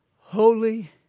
Holy